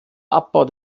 abbau